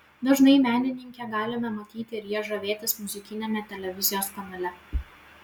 dažnai menininkę galime matyti ir ja žavėtis muzikiniame televizijos kanale